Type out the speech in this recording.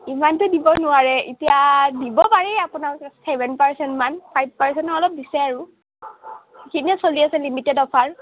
ইমানতো দিব নোৱাৰে এতিয়া দিব পাৰি আপোনালোকক চেভেন পাৰ্চেণ্টমান ফাইভ পাৰ্চেণ্ট অলপ দিছে আৰু ঠিকে চলি আছে লিমিটেড অফাৰ